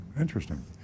interesting